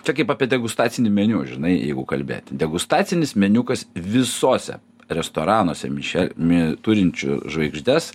čia kaip apie degustacinį meniu žinai jeigu kalbėti degustacinis meniu kas visuose restoranuose čia mi turinčių žvaigždes